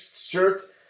shirts